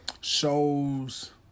shows